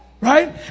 Right